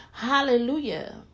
Hallelujah